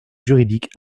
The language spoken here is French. juridique